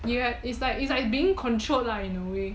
you have is like is like being controlled lah in a way